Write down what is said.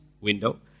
window